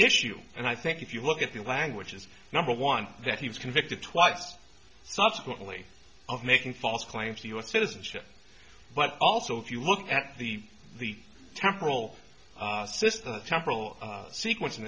issue and i think if you look at the language is number one that he was convicted twice subsequently of making false claims to u s citizenship but also if you look at the the temporal system of temporal sequence in